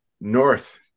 north